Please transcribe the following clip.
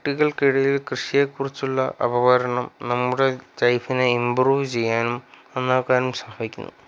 കുട്ടികൾക്കിടയിൽ കൃഷിയെക്കുറിച്ചുള്ള നമ്മുടെ ലൈഫിനെ ഇംമ്പ്രൂവ് ചെയ്യാനും നന്നാക്കാനും സഹായിക്കുന്നു